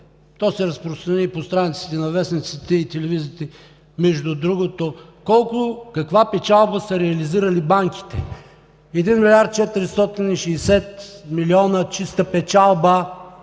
то се разпространи и по страниците на вестниците и телевизиите между другото, каква печалба са реализирали банките – 1 млрд. 460 млн. лв. чиста печалба